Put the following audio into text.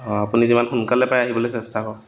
অঁ আপুনি যিমান সোনকালে পাৰে আহিবলৈ চেষ্টা কৰক